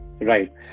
Right